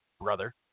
brother